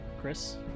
Chris